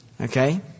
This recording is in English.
Okay